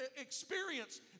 experience